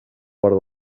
vora